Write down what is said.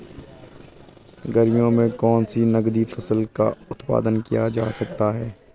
गर्मियों में कौन सी नगदी फसल का उत्पादन किया जा सकता है?